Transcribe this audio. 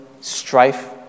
strife